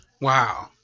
Wow